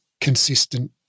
consistent